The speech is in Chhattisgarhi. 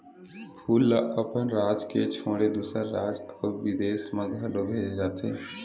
फूल ल अपन राज के छोड़े दूसर राज अउ बिदेस म घलो भेजे जाथे